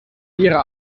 ihrer